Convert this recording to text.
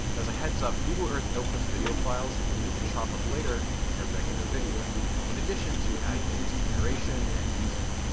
as a heads-up google earth outputs video files that you'll need to chop-up later in a regular video editor, in addition to adding things like narration and music.